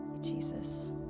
Jesus